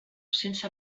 sense